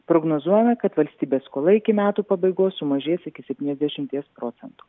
prognozuojama kad valstybės skola iki metų pabaigos sumažės iki septyniasdešimties procentų